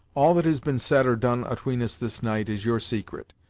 all that has been said or done atween us, this night, is your secret,